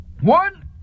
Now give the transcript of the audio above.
One